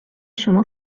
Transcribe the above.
شما